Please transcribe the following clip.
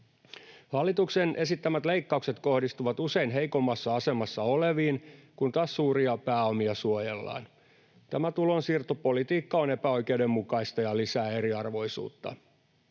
Hallituksen esittämät leikkaukset kohdistuvat usein heikoimmassa asemassa oleviin, kun taas suuria pääomia suojellaan. Tämä tulonsiirtopolitiikka on epäoikeudenmukaista ja lisää eriarvoisuutta.